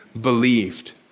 believed